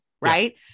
right